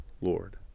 lord